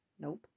Nope